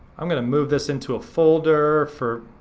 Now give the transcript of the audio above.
i'm gonna move this into a folder for,